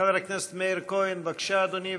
חבר הכנסת מאיר כהן, בבקשה, אדוני.